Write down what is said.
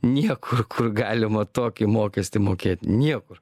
niekur kur galima tokį mokestį mokėt niekur